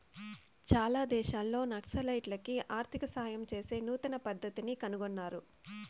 చాలా దేశాల్లో నక్సలైట్లకి ఆర్థిక సాయం చేసే నూతన పద్దతిని కనుగొన్నారు